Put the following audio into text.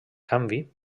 canvi